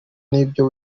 n’ibyo